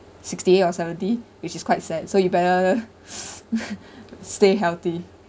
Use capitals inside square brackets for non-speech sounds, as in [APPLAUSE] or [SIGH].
sixty eight or seventy which is quite sad so you better [LAUGHS] stay healthy